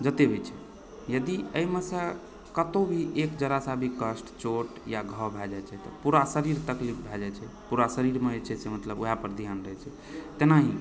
जतेक भी छै यदि एहिमे सँ कतहु भी एक जरा सा भी कष्ट चोट या घाव भए जाइत छै तऽ पूरा शरीर तकलीफ भए जाइत छै पूरा शरीरमे जे छै से ओएहपर ध्यान रहैत छै तहिना